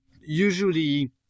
usually